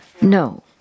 No